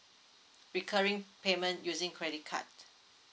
recurring payment using credit card